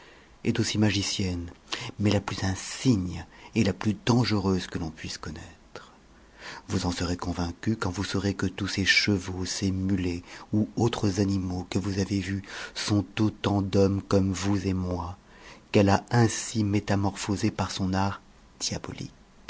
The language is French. est aussi magicienne mais la plus insigne et la plus dangereuse que l'on puisse connattre vous en serez convaincu quand vous saurez que tous ces chevaux ces mulets ou autres animaux que vous avez vus sont autant d'hommes comme vous et moi qu'elle a ainsi métamorphosés par son art diabolique